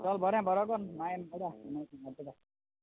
चोल बरें बरो करून मागीर मेळटा